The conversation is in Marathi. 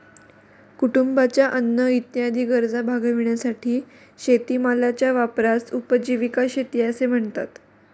कुटुंबाच्या अन्न इत्यादी गरजा भागविण्यासाठी शेतीमालाच्या वापरास उपजीविका शेती असे म्हणतात